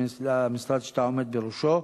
למשרד שאתה עומד בראשו.